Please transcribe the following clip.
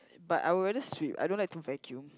but I would rather sweep I don't like to vacuum